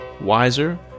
wiser